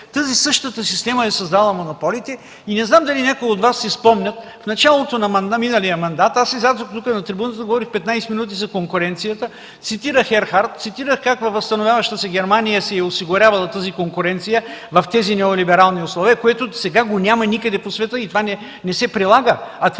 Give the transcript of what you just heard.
тази система е създала монополите и не знам дали някой от Вас си спомня, че в началото на миналия мандат аз излязох тук на трибуната и говорих 15 минути за конкуренцията. Цитирах Ерхард, цитирах как във възстановяваща се Германия се е осигурявала тази конкуренция в тези неолиберални условия, което сега го няма никъде по света. Това не се прилага.